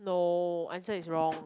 no answer is wrong